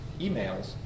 emails